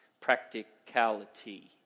practicality